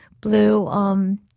blue